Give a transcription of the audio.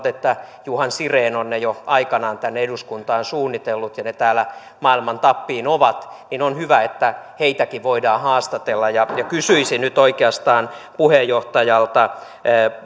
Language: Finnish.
että johan siren on heidät jo aikanaan tänne eduskuntaan suunnitellut ja he täällä maailman tappiin ovat on hyvä että heitäkin voidaan haastatella kysyisin nyt oikeastaan puheenjohtajalta